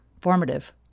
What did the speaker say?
Formative